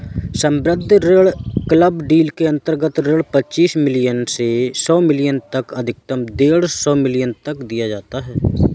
सम्बद्ध ऋण club deal के अंतर्गत ऋण पच्चीस मिलियन से सौ मिलियन तक अधिकतम डेढ़ सौ मिलियन तक दिया जाता है